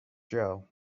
gel